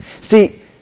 See